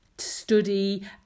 study